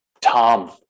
tom